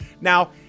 Now